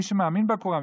מי שמאמין בקוראן,